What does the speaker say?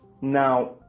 Now